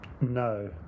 no